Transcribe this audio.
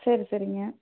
சரி சரிங்க